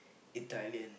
Italian